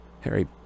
Harry